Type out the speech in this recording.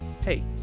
hey